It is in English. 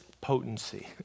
potency